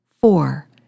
Four